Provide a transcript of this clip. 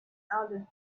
other